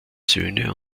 söhne